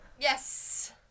Yes